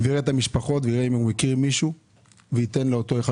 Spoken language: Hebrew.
ויראה את המשפחות ויראה אם הוא מכיר מישהו וייתן לאותו אדם